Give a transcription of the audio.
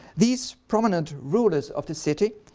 these prominent rules of the city,